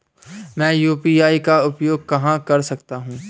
मैं यू.पी.आई का उपयोग कहां कर सकता हूं?